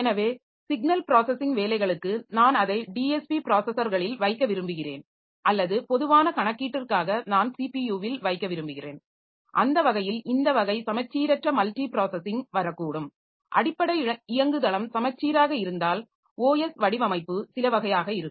எனவே signal processing வேலைகளுக்கு நான் அதை டிஎஸ்பி ப்ராஸஸர்களில் வைக்க விரும்புகிறேன் அல்லது பொதுவான கணக்கீட்டிற்காக நான் ஸிபியுவில் வைக்க விரும்புகிறேன் அந்த வகையில் இந்த வகை சமச்சீரற்ற மல்டிப்ராஸஸிங் வரக்கூடும் அடிப்படை இயங்குதளம் சமச்சீராக இருந்தால் OS வடிவமைப்பு சில வகையாக இருக்கும்